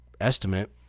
estimate